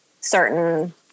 certain